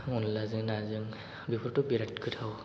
अनलाजों नाजों बेफोरथ' बिराद गोथाव